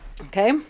okay